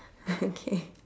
okay